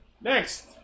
Next